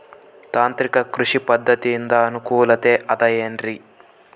ತಾಂತ್ರಿಕ ಕೃಷಿ ಪದ್ಧತಿಯಿಂದ ಅನುಕೂಲತೆ ಅದ ಏನ್ರಿ?